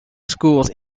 schools